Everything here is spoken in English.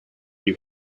you